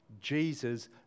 Jesus